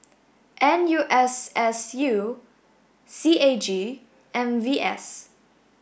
N U S S U C A G and V S